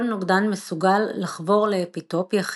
כל נוגדן מסוגל לחבור לאפיטופ יחיד,